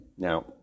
Now